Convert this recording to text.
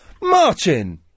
Martin